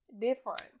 different